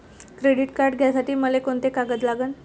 Credit card घ्यासाठी मले कोंते कागद लागन?